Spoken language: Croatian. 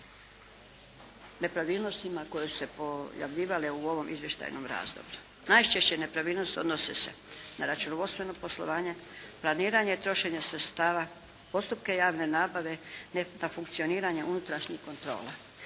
nepravilnostima koje su se pojavljivale u ovom izvještajnom razdoblju. Najčešće nepravilnosti odnose se na računovodstveno poslovanje, planiranje trošenja sredstava, postupke javne nabave, na funkcioniranje unutrašnjih kontrola.